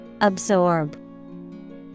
Absorb